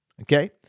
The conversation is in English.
Okay